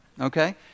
okay